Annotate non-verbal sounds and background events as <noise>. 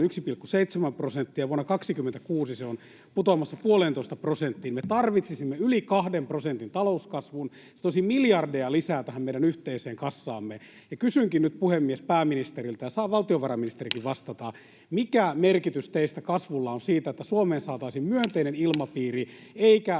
1,7 prosenttia, vuonna 26 se on putoamassa puoleentoista prosenttiin. Me tarvitsisimme yli 2 prosentin talouskasvun. Se toisi miljardeja lisää tähän meidän yhteiseen kassaamme. Kysynkin nyt, puhemies, pääministeriltä — saa valtiovarainministerikin vastata — <noise> mikä merkitys teistä kasvulla on siihen, että Suomeen saataisiin myönteinen ilmapiiri